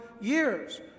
years